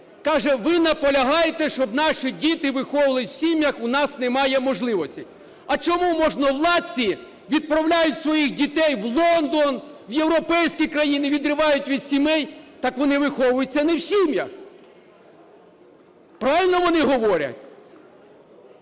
Каже: "Ви наполягаєте, щоб наші діти виховувались в сім'ях, у нас немає можливостей. А чому можновладці відправляють своїх дітей в Лондон, в європейські країни, відривають від сімей? Так вони виховуються не в сім'ях". Правильно вони говорять.